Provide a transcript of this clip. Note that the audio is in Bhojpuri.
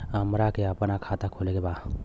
हमरा के अपना खाता खोले के बा?